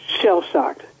shell-shocked